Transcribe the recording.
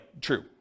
true